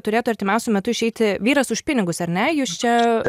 turėtų artimiausiu metu išeiti vyras už pinigus ar ne jūs čia